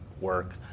work